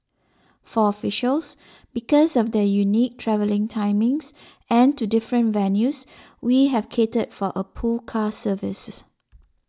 for officials because of their unique travelling timings and to different venues we have catered for a pool car service